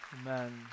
Amen